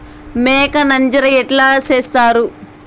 మేక నంజర ఎట్లా సేస్తారు?